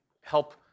help